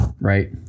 right